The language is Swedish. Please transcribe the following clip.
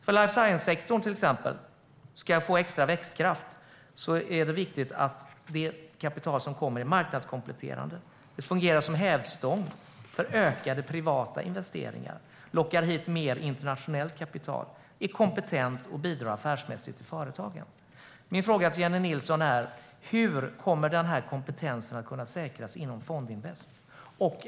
Ska life science-sektorn få extra växtkraft är det viktigt att det kapitalet är marknadskompletterande. Det fungerar som en hävstång för ökade privata investeringar och lockar hit mer internationellt kapital som bidrar affärsmässigt och genom kompetens till företagen. Min fråga till Jennie Nilsson är: Hur kommer denna kompetens att kunna säkras inom Fondinvest?